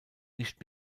nicht